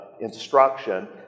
instruction